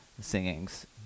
singings